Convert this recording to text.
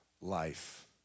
life